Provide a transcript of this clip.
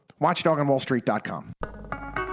Watchdogonwallstreet.com